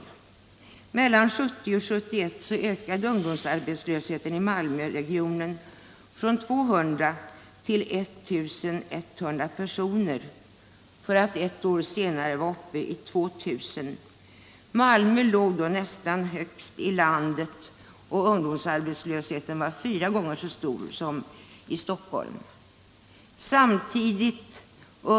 Mellan 1970 och 1971 ökade ungdomsarbetslösheten i Malmöregionen från 200 till 1 100 personer, för att ett år senare vara uppe i 2.000. Malmö låg då nästan högst i landet; ungdomsarbets lösheten var där fyra gånger så stor som i Stockholm.